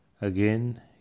again